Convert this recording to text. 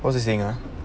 what's the thing ah